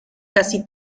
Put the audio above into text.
casi